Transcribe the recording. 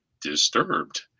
disturbed